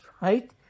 right